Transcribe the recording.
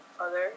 others